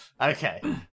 Okay